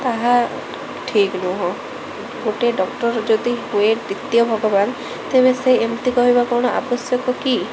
ତାହା ଠିକ୍ ନୁହଁ ଗୋଟେ ଡକ୍ଟର ଯଦି ହୁଏ ଦ୍ୱିତୀୟ ଭଗବାନ ତେବେ ସେ ଏମିତି କହିବା କ'ଣ ଆବଶ୍ୟକ କି